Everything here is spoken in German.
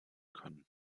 können